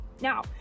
Now